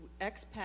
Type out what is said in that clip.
expat